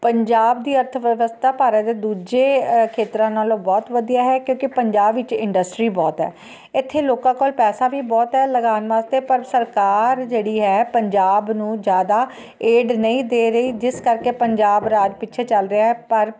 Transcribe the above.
ਪੰਜਾਬ ਦੀ ਅਰਥਵਿਵਸਥਾ ਭਾਰਤ ਦੇ ਦੂਜੇ ਖੇਤਰਾਂ ਨਾਲੋਂ ਬਹੁਤ ਵਧੀਆ ਹੈ ਕਿਉਂਕਿ ਪੰਜਾਬ ਵਿੱਚ ਇੰਡਸਟਰੀ ਬਹੁਤ ਹੈ ਇੱਥੇ ਲੋਕਾਂ ਕੋਲ ਪੈਸਾ ਵੀ ਬਹੁਤ ਹੈ ਲਗਾਉਣ ਵਾਸਤੇ ਪਰ ਸਰਕਾਰ ਜਿਹੜੀ ਹੈ ਪੰਜਾਬ ਨੂੰ ਜ਼ਿਆਦਾ ਏਡ ਨਹੀਂ ਦੇ ਰਹੀ ਜਿਸ ਕਰਕੇ ਪੰਜਾਬ ਰਾਜ ਪਿੱਛੇ ਚੱਲ ਰਿਹਾ ਹੈ ਪਰ